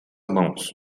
mãos